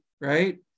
Right